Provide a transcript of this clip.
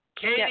Katie